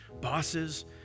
bosses